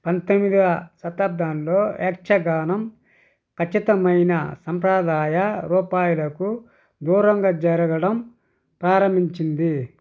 పంతొమ్మిదొవ శతాబ్దంలో యక్షగానం ఖచ్చితమైన సంప్రదాయ రూపాయలకు దూరంగా జరగడం ప్రారంభించింది